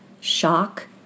shock